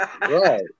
Right